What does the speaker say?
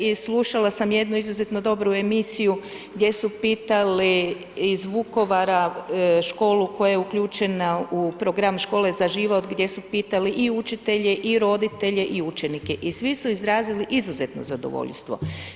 I slušala sam jednu izuzetno dobru emisiju gdje su pitali iz Vukovara školu koja je uključena u program škole za život gdje su pitali i učitelje i roditelje i učitelje i svi su izrazili izuzetno zadovoljstvo.